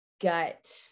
gut